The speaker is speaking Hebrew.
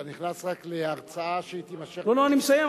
אתה נכנס להרצאה שרק תימשך, לא, לא, אני מסיים.